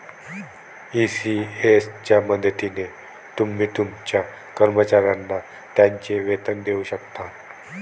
ECS च्या मदतीने तुम्ही तुमच्या कर्मचाऱ्यांना त्यांचे वेतन देऊ शकता